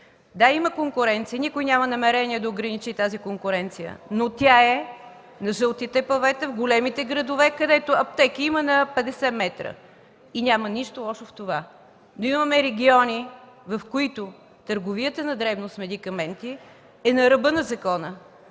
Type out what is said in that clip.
Да, има конкуренция – никой няма намерение да я ограничи, но тя е на жълтите павета, в големите градове, където аптеки има на 50 метра и няма нищо лошо в това. Но имаме региони, в които търговията на дребно с медикаменти е на ръба на закона,